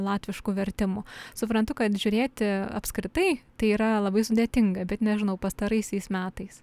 latviškų vertimų suprantu kad žiūrėti apskritai tai yra labai sudėtinga bet nežinau pastaraisiais metais